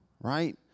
right